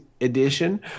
edition